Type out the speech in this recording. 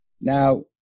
Now